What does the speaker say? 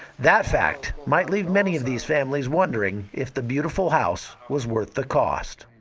that fact might leave many of these families wondering if the beautiful house was worth the cost.